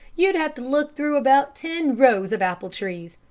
you'd have to look through about ten rows of apple-trees.